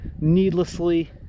needlessly